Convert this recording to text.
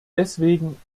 deswegen